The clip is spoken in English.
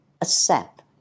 accept